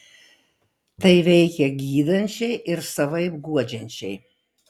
tai veikia gydančiai ir savaip guodžiančiai